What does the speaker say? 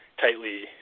tightly